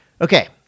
okay